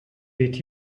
did